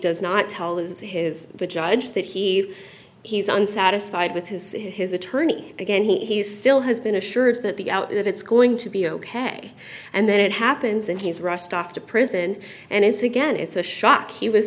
does not tell his his the judge that he he's unsatisfied with his his attorney again he still has been assured that the out it's going to be ok and then it happens and he's rushed off to prison and it's again it's a shock he was